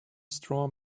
straw